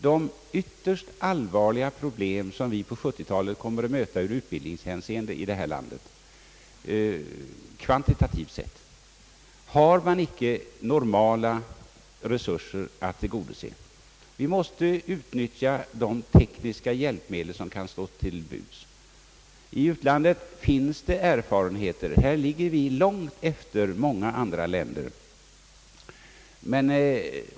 Det ytterst allvarliga problem som vi på 1970-talet kommer att möta i utbildningshänseende i det här landet kvantitativt sett har man icke normala resurser att lösa. Vi måste därför utnyttja de tekniska hjälpmedel som kan stå till buds. I utlandet finns det erfarenheter. Här ligger vi långt efter.